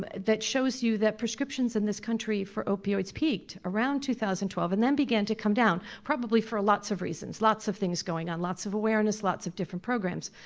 but that shows you that prescriptions in this country for opioids peaked around two thousand and twelve and then began to come down, probably for lots of reasons, lots of things going on, lots of awareness, lots of different programs.